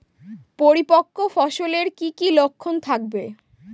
পরিপক্ক ফসলের কি কি লক্ষণ থাকবে?